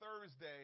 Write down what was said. Thursday